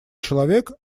человек